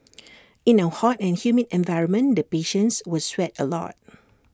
in our hot and humid environment the patients were sweat A lot